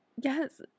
Yes